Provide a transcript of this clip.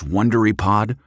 WonderyPod